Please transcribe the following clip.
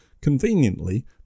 Conveniently